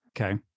Okay